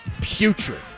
putrid